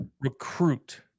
recruit